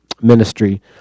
ministry